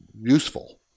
useful